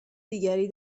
دیگری